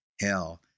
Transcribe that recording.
hell